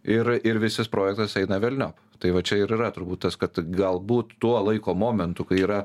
ir ir visas projektas eina velniop tai va čia ir yra turbūt tas kad galbūt tuo laiko momentu kai yra